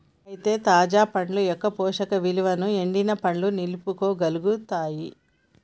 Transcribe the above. అయితే తాజా పండ్ల యొక్క పోషక ఇలువలను ఎండిన పండ్లు నిలుపుకోగలుగుతాయి